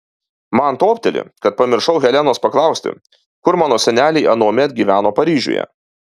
man topteli kad pamiršau helenos paklausti kur mano seneliai anuomet gyveno paryžiuje